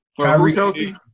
Kyrie